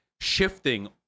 shifting